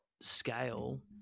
scale